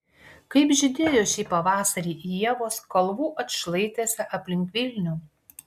kaip žydėjo šį pavasarį ievos kalvų atšlaitėse aplink vilnių